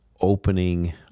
opening